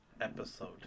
episode